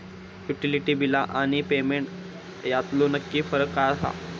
Utility बिला आणि payment यातलो नक्की फरक काय हा?